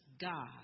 God